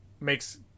makes